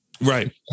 Right